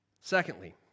Secondly